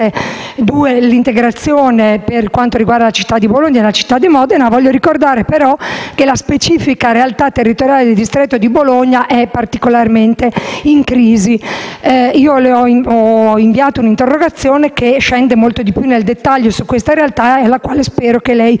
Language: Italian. quanto riguarda le città di Bologna e di Modena. Voglio ricordare però che la specifica realtà territoriale del distretto di Bologna è particolarmente in crisi. Le ho inviato un'interrogazione che entra più nel dettaglio di questa realtà e alla quale spero che lei voglia dare prontamente risposta.